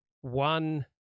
one